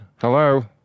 Hello